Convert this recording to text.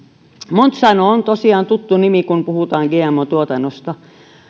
monsanto on tosiaan tuttu nimi kun puhutaan gmo tuotannosta